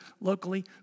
locally